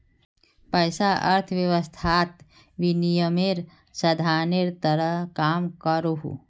पैसा अर्थवैवस्थात विनिमयेर साधानेर तरह काम करोहो